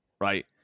right